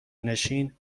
نشین